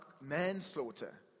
manslaughter